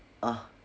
ah